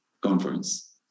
conference